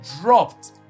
dropped